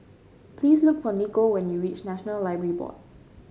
please look for Nico when you reach National Library Board